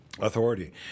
authority